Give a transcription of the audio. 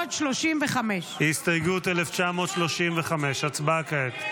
1935. הסתייגות 1935, הצבעה כעת.